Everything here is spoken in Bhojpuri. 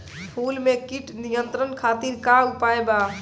फूल में कीट नियंत्रण खातिर का उपाय बा?